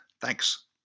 Thanks